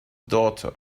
daughter